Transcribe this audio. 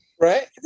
Right